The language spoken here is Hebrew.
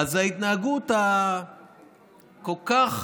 ההתנהגות הכל-כך